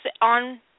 on